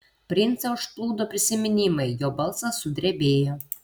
princą užplūdo prisiminimai jo balsas sudrebėjo